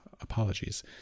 Apologies